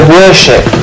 worship